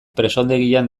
presondegian